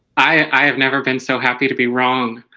i i have never been so happy to be wrong.